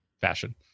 fashion